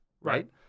right